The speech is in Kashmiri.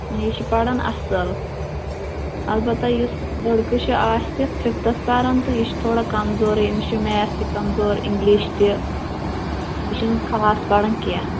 آ یہِ چھِ پَران اَصٕل البتہٕ یُس لٔڑکہٕ چھُ آصف فِفتھس پَران تہٕ یہِ چھُ تھوڑا کمزورٕے أمِس چھُ میتھ تہِ کَمزور اِنٛگلِش تہِ یہِ چھُنہٕ خاص پَران کیٚنٛہہ